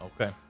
Okay